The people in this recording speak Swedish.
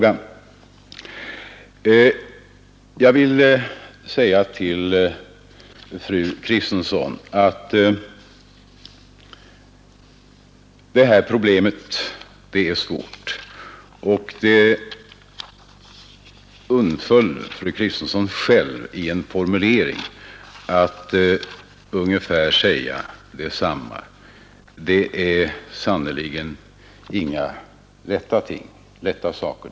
Sedan vill jag säga till fru Kristensson att narkotikaproblemet ju är ett svårt problem. Det undföll fru Kristensson en formulering med samma innebörd. Detta är sannerligen inga lätta saker!